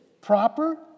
proper